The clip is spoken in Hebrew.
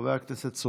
חבר הכנסת לנדה,